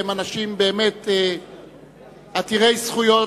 והם באמת אנשים עתירי זכויות.